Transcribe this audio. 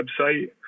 website